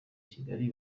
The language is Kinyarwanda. kigali